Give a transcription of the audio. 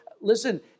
Listen